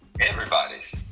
everybody's